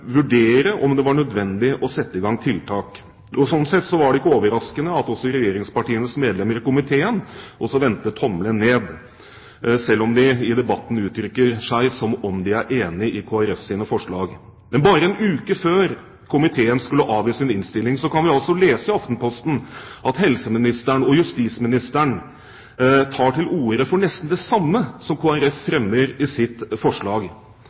vurdere om det var nødvendig å sette i gang tiltak. Sånn sett var det ikke overraskende at regjeringspartienes medlemmer i komiteen også vendte tommelen ned, selv om de i debatten uttrykker seg som om de er enig i Kristelig Folkepartis forslag. Men bare en uke før komiteen skulle avgi sin innstilling, kunne vi altså lese i Aftenposten at helseministeren og justisministeren tar til orde for nesten det samme som Kristelig Folkeparti fremmer i sitt forslag.